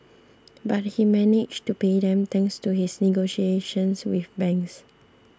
but he managed to pay them thanks to his negotiations with banks